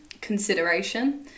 consideration